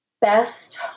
best